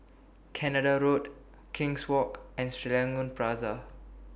Canada Road King's Walk and Serangoon Plaza